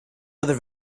other